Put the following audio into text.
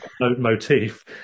motif